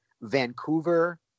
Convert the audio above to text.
Vancouver